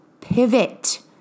pivot